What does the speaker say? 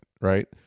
right